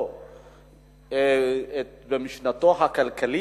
ומשנתו הכלכלית,